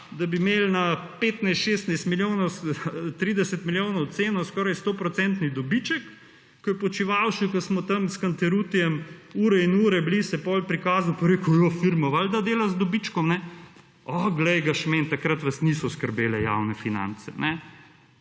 da bi imeli na 15, 16 milijonov, 30 milijonov ceno skoraj 100-procentni dobiček, ko je Počivalšek, ko smo tam s Cantaruttijem ure in ure bili, se potem prikazal in rekel »firma valda dela z dobičkom«, o, glej ga šment, takrat vas niso skrbele javne finance, ne?